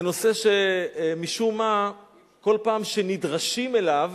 זה נושא שמשום מה כל פעם שנדרשים אליו